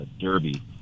derby